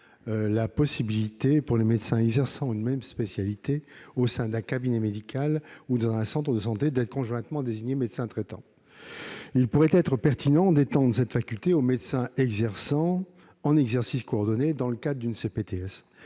la possibilité pour des médecins exerçant la même spécialité au sein d'un cabinet médical ou dans un centre de santé d'être conjointement désignés médecins traitants. Il paraît pertinent d'étendre cette faculté aux médecins exerçant dans le cadre d'un